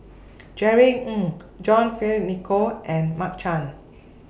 Jerry Ng John Fearns Nicoll and Mark Chan